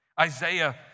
Isaiah